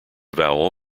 vowel